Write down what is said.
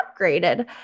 upgraded